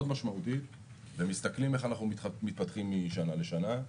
משמעותית ומסתכלים איך אנחנו מתפתחים משנה לשנה.